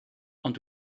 ond